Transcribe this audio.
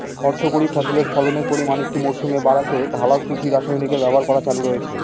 অর্থকরী ফসলের ফলনের পরিমান একটি মরসুমে বাড়াতে ঢালাও কৃষি রাসায়নিকের ব্যবহার করা চালু হয়েছে